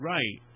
Right